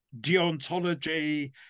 deontology